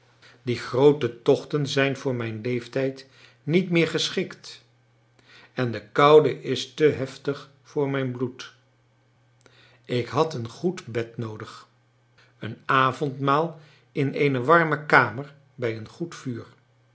die groote tochten zijn voor mijn leeftijd niet meer geschikt en de koude is te heftig voor mijn bloed ik had een goed bed noodig een avondmaal in eene warme kamer bij een goed vuur